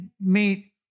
meet